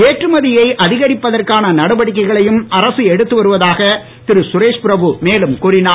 ஏற்றுமதியை அதிகரிப்பதற்கான நடவடிக்கைகளையும் அரசு எடுத்து வருவதாக திரு சுரேஷ் பிரபு மேலும் கூறினார்